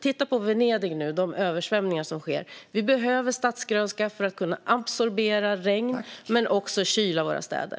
Titta på Venedig nu med översvämningarna där! Vi behöver stadsgrönska för att kunna absorbera regn men också för att kyla våra städer.